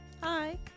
Hi